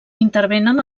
intervenen